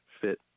fit